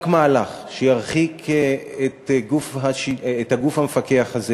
רק מהלך שירחיק את הגוף המפקח הזה